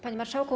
Panie Marszałku!